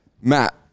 Matt